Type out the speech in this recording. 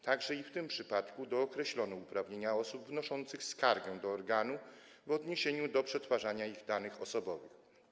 Także i w tym przypadku dookreślono uprawnienia osób wnoszących skargę do organu w odniesieniu do przetwarzania ich danych osobowych.